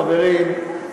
חברים,